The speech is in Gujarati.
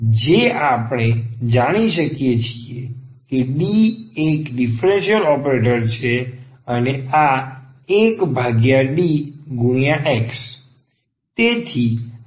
જે આપણે જાણી શકીએ છીએ કે D એક ડિફેન્સલ ઓપરેટર છે અને આ 1DX